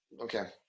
Okay